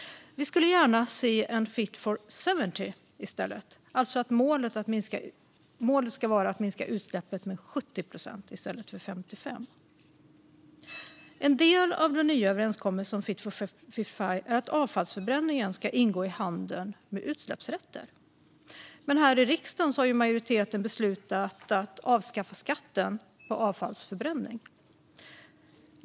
Vi skulle gärna se ett Fit for 70-paket i stället, alltså att målet ska vara att minska utsläppen med 70 procent i stället för 55. En del av den nya överenskommelsen om Fit for 55 är att avfallsförbränningen ska ingå i handeln med utsläppsrätter. Men här i riksdagen har majoriteten beslutat att avskaffa skatten på avfallsförbränning.